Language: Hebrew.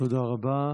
תודה רבה.